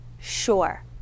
sure